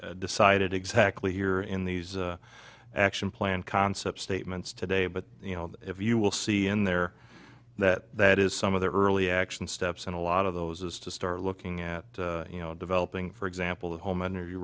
decided exactly here in these action plan concepts statements today but you know if you will see in there that that is some of the early action steps and a lot of those is to start looking at you know developing for example the homeowner you